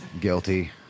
Guilty